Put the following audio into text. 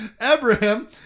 abraham